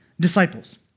disciples